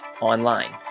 Online